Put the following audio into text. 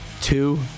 two